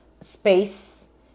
space